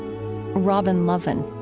robin lovin.